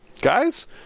guys